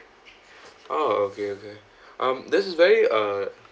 oh okay okay um that is very uh